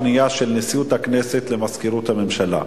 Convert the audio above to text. פנייה של נשיאות הכנסת למזכירות הממשלה.